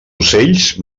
ocells